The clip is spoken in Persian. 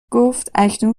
گفتاکنون